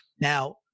Now